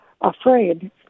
afraid